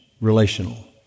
relational